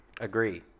Agree